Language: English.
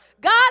God